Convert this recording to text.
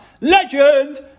Legend